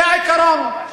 זה העיקרון.